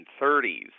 1930s